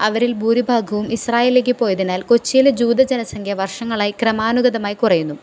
അവരിൽ ഭൂരിഭാഗവും ഇസ്രായേലിലേക്ക് പോയതിനാൽ കൊച്ചിയിലെ ജൂതജനസംഖ്യ വർഷങ്ങളായി ക്രമാനുഗതമായി കുറയുന്നു